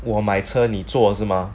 我买车你做坐是吗